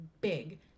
big